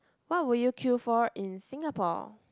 what would you queue for in Singapore